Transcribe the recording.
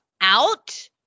out